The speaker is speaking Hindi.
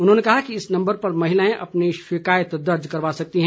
उन्होंने कहा कि इस नम्बर पर महिलाएं अपने शिकायत दर्ज करवा सकती हैं